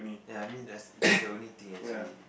ya I mean that's that's the only thing actually